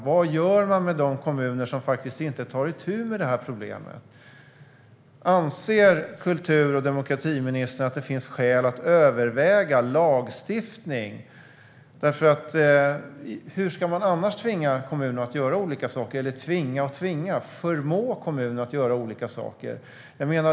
Vad gör man med de kommuner som inte tar itu med problemen? Anser kultur och demokratiministern att det finns skäl att överväga lagstiftning? Hur ska man annars tvinga kommuner att göra olika saker - eller kanske snarare förmå kommuner att göra olika saker?